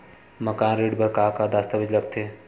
मकान ऋण बर का का दस्तावेज लगथे?